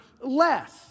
less